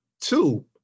Two